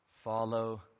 Follow